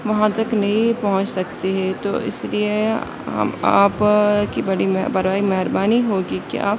وہاں تک نہیں پہنچ سکتے ہے تو اِس لیے ہم آپ کی بڑی برائے مہربانی ہوگی کہ آپ